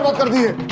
come here